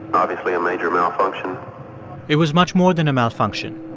obviously, a major malfunction it was much more than a malfunction.